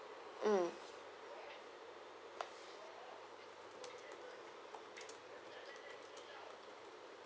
mm